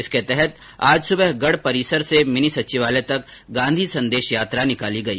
इसके तहत आज सुबह गढ परिसर से मिनी सचिवालय तक गांधी संदेश यात्रा रैली निकाली गई